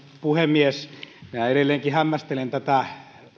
puhemies minä edelleenkin hämmästelen tätä